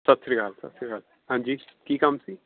ਸਤਿ ਸ਼੍ਰੀ ਅਕਾਲ ਸਤਿ ਸ਼੍ਰੀ ਅਕਾਲ ਹਾਂਜੀ ਕੀ ਕੰਮ ਸੀ